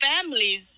families